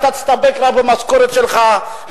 אתה תסתפק רק במשכורת שלך,